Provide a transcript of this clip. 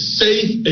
safe